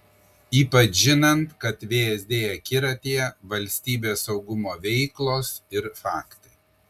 ypač žinant kad vsd akiratyje valstybės saugumo veiklos ir faktai